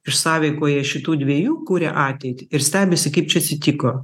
ir sąveikoje šitų dviejų kuria ateitį ir stebisi kaip čia atsitiko